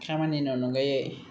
खामानिनि अनगायै